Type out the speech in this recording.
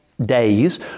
Days